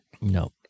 no